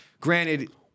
Granted